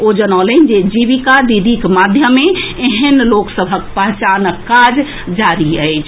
ओ जनौलनि जे जीविका दीदीक माध्यमे एहेन लोक सभक पहचानक काज जारी अछि